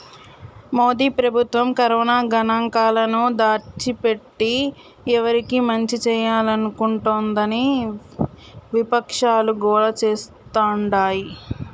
మోదీ ప్రభుత్వం కరోనా గణాంకాలను దాచిపెట్టి ఎవరికి మంచి చేయాలనుకుంటోందని విపక్షాలు గోల చేస్తాండాయి